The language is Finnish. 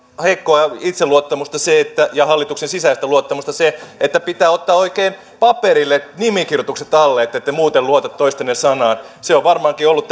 heikkoa itseluottamusta ja hallituksen sisäistä luottamusta se että pitää ottaa oikein paperille nimikirjoitukset alle että ette muuten luota toistenne sanaan se on varmaankin ollut